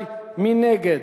13 נגד.